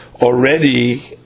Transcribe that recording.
already